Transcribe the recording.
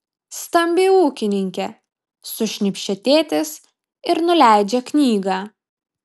stambi ūkininkė sušnypščia tėtis ir nuleidžia knygą